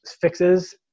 fixes